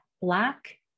Black